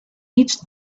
reached